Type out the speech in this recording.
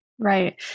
Right